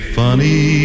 funny